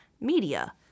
media